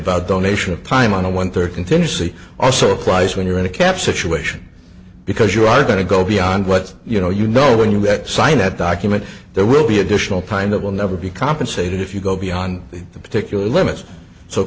about donation of time on a one third contingency also applies when you're in a cap situation because you are going to go beyond what you know you know when you get signed that document there will be additional time that will never be compensated if you go beyond the particular limits so